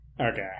Okay